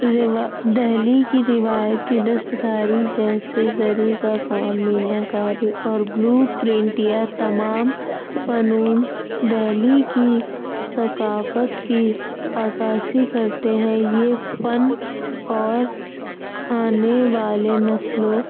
روا دہلی کی روایتی دستکاری جیسے زری کا کام مینا کاری اور بلو پرنٹ یا تمام فنون دہلی کی ثقافت کی عکاسی کرتے ہیں یہ فن اور آنے والے نسلوں